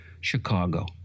Chicago